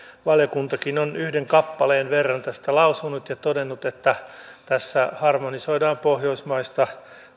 valiokuntakin on yhden kappaleen verran tästä lausunut ja todennut että tässä harmonisoidaan pohjoismaista